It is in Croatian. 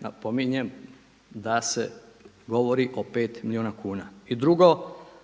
napominjem da se govori o 5 milijuna kuna. I drugo,